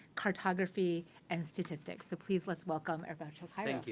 cartography, and statistics. so please let's welcome alberto cairo.